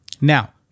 Now